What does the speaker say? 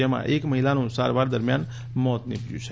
જેમાં એક મહિલાનું સારવાર દરમિયાન મોત નિપજયું છે